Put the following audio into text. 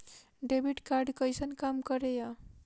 Debit card कैसन काम करेया?